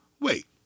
wait